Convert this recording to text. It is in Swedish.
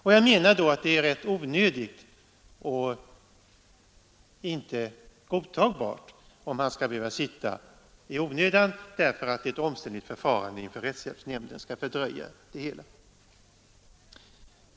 Och då menar jag att det är ganska onödigt och icke godtagbart att vederbörande skall sitta omhändertagen därför att ett omständligt förfarande inför rättshjälpsnämnden fördröjer hela frågan.